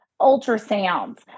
ultrasounds